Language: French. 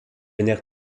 nerf